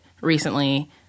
recently